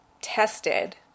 tested